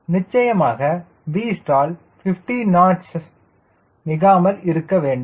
நிச்சயமாக Vstall 50 knots மிகாமல் இருக்க வேண்டும்